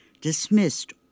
dismissed